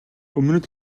өмнөд